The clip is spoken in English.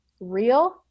Real